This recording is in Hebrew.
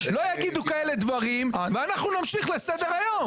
לא יגידו כאלה דברים ואנחנו נמשיך לסדר היום.